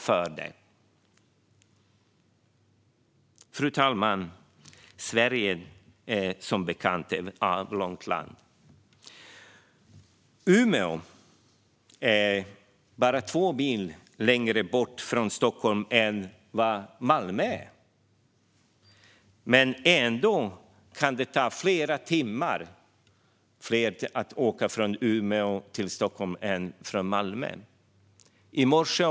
Fru talman! Sverige är som bekant ett avlångt land. Umeå ligger bara två mil längre bort från Stockholm än Malmö gör. Ändå kan det ta flera timmar längre tid att åka från Umeå till Stockholm än från Malmö till Stockholm.